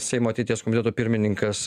seimo ateities komiteto pirmininkas